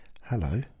Hello